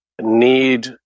need